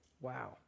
Wow